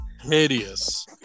hideous